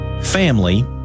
family